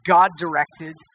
God-directed